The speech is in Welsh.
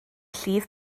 llif